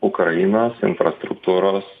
ukrainos infrastruktūros